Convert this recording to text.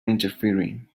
interfering